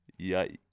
Yikes